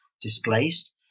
displaced